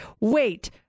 wait